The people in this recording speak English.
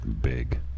big